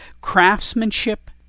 Craftsmanship